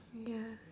ya